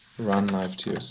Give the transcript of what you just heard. run livetoc.